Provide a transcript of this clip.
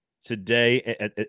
today